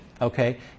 Okay